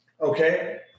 Okay